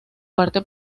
parte